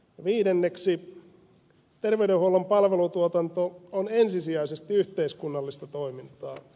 viidenneksi terveydenhuollon palvelutuotanto on ensisijaisesti yhteiskunnallista toimintaa